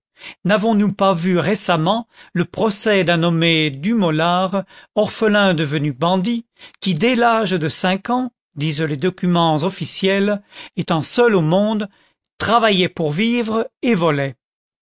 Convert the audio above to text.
n'avons-nous pas vu récemment le procès d'un nommé dumolard orphelin devenu bandit qui dès l'âge de cinq ans disent les documents officiels étant seul au monde travaillait pour vivre et volait